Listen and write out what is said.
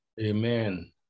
amen